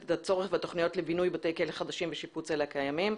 את הצורך בתוכניות לבינוי בתי כלא חדשים ושיפוץ אלה הקיימים.